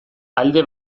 alde